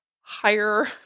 higher